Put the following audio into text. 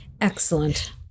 excellent